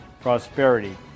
prosperity